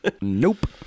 Nope